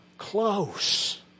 close